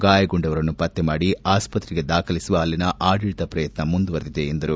ಗಾಯಗೊಂಡವರನ್ನು ಪತ್ತೆ ಮಾಡಿ ಆಸ್ಪತ್ರೆಗೆ ದಾಖಲಿಸಲು ಅಲ್ಲಿನ ಆಡಳಿತ ಪ್ರಯತ್ನ ಮುಂದುವರೆಸಿದೆ ಎಂದರು